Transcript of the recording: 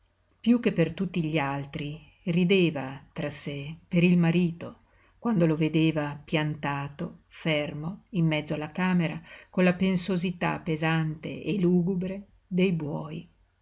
piú che per tutti gli altri rideva tra sé per il marito quando lo vedeva piantato fermo in mezzo alla camera con la pensosità pesante e lugubre dei buoi